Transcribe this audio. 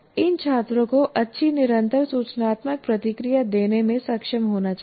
इन छात्रों को अच्छी निरंतर सूचनात्मक प्रतिक्रिया देने में सक्षम होना चाहिए